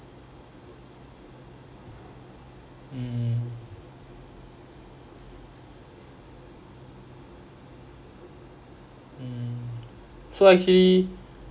mm mm so actually